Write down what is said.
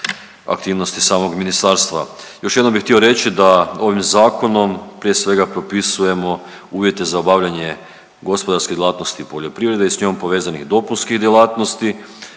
aktivnosti samog Ministarstva. Još jednom bih htio reći da ovim Zakonom prije svega, propisujemo uvjete za obavljanje gospodarske djelatnosti i poljoprivrede i s njom povezanih dopunskih djelatnosti